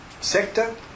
sector